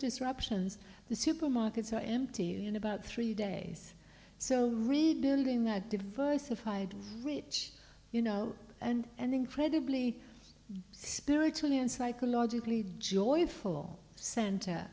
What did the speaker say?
disruptions the supermarkets are empty in about three days so rebuilding that diversified reach you know and an incredibly spiritually and psychologically joyful center